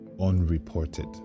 unreported